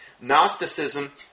Gnosticism